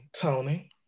Tony